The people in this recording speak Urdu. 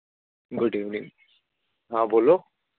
گڈ ایوننگ ہاں بولو